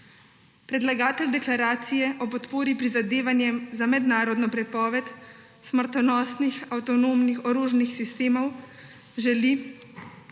Predlagatelj deklaracije o podpori prizadevanjem za mednarodno prepoved smrtonosnih avtonomnih orožnih sistemov želi,